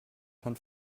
schon